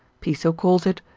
piso calls it,